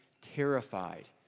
terrified